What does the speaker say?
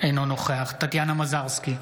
אינו נוכח טטיאנה מזרסקי,